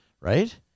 right